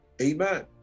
Amen